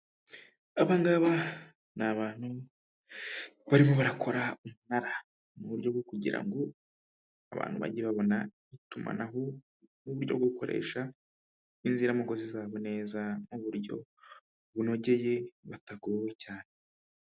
Aba ngaba ni abantu barimo barakora umunara mu buryo bwo kugira ngo abantu bajye babona itumanaho n'uburyo bwo gukoresha inziramugozi zabo neza mu buryo bunogeye batagowe cyane.